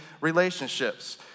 relationships